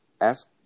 ask